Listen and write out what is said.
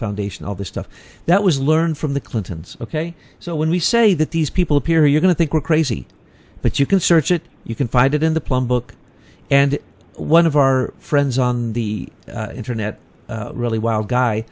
foundation all the stuff that was learned from the clintons ok so when we say that these people appear you're going to think we're crazy but you can search it you can find it in the plum book and one of our friends on the internet really wild guy